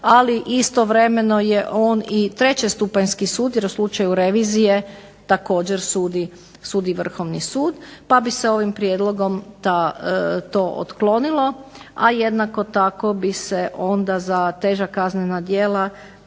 ali istovremeno je on i trećestupanjski sud, jer u slučaju revizije također sudi Vrhovni sud, pa bi se ovim prijedlogom to otklonilo, a jednako tako bi se onda za teža kaznena djela